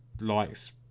likes